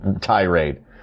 tirade